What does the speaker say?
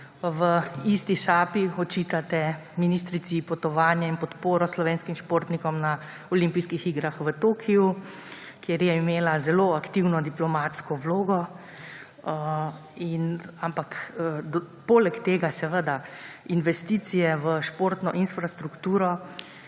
V isti sapi očitate ministrici potovanje in podporo slovenskim športnim na Olimpijskih igrah v Tokiu, kjer je imela zelo aktivno diplomatsko vlogo. Poleg tega seveda investicije v športno infrastrukturo,